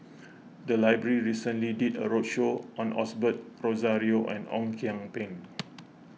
the library recently did a roadshow on Osbert Rozario and Ong Kian Peng